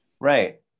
Right